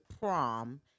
prom